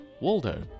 Waldo